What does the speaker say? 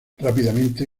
rápidamente